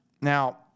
Now